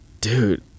Dude